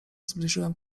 zbliżyłem